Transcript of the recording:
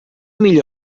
millor